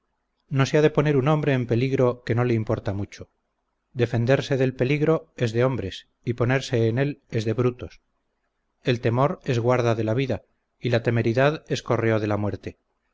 ha de poner un hombre en peligro que no le importa mucho defenderse del peligro es de hombres y ponerse en él es de brutos el temor es guarda de la vida y la temeridad es correo de la muerte